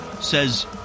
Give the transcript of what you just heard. says